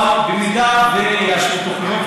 אבל במידה שיאשרו תוכניות,